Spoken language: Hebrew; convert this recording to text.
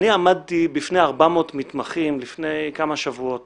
אני עמדתי בפני 400 מתמחים לפני כמה שבועות